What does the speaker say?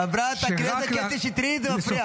חברת הכנסת קטי שטרית, זה מפריע.